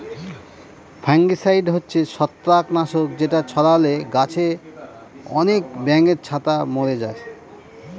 fungicide হচ্ছে ছত্রাক নাশক যেটা ছড়ালে গাছে আনেক ব্যাঙের ছাতা মোরে যায়